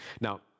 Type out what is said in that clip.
Now